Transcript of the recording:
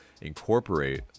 incorporate